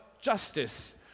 justice